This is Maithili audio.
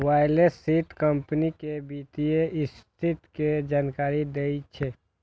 बैलेंस शीट कंपनी के वित्तीय स्थिति के जानकारी दै छै